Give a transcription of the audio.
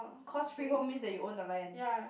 cause freehold means that you own the land